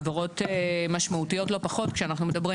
עבירות משמעותיות לא פחות כשאנחנו מדברים